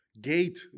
gate